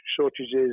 shortages